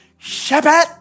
Shabbat